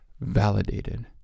validated